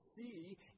see